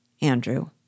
Andrew